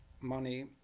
money